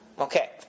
Okay